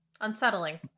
Unsettling